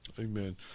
Amen